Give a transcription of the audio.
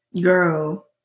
girl